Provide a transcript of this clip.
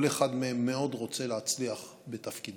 כל אחד מהם מאוד רוצה להצליח בתפקידו,